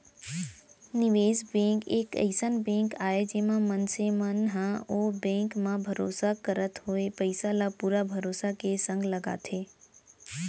निवेस बेंक एक अइसन बेंक आय जेमा मनसे मन ह ओ बेंक म भरोसा करत होय पइसा ल पुरा भरोसा के संग लगाथे